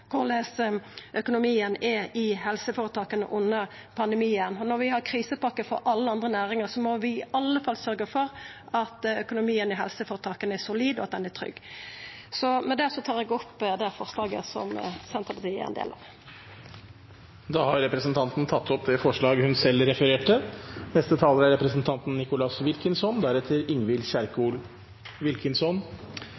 korleis økonomien er i helseføretaka under pandemien. Når vi har krisepakke for alle andre næringar, må vi i alle fall sørgja for at økonomien i helseføretaka er solid og trygg. Med det tar eg opp det forslaget som Senterpartiet er ein del av. Da har representanten Kjersti Toppe tatt opp det forslaget hun refererte til. Vi er